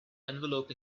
envelope